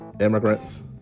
immigrants